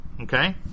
okay